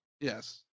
Yes